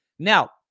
Now